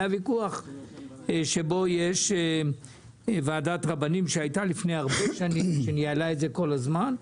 והיה ויכוח של ועדת רבנים שהייתה לפני הרבה שנים וניהלה את זה כל הזמן.